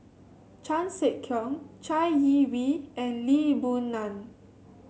Chan Sek Keong Chai Yee Wei and Lee Boon Ngan